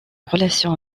relation